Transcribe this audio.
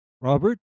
robert